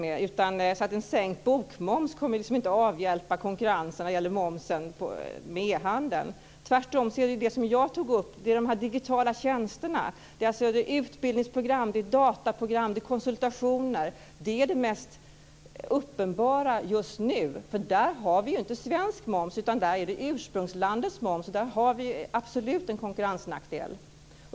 En sänkt bokmoms kommer inte att avhjälpa problemen med konkurrensen när det gäller momsen inom e-handeln. Det gäller tvärtom de digitala tjänsterna, som jag tog upp. Utbildningsprogram, dataprogram och konsultationer är det mest uppenbara just nu. Där har vi inte svensk moms, utan där är det ursprungslandets moms som gäller. Där har vi absolut en konkurrensnackdel.